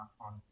on